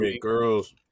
Girls